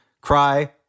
cry